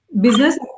business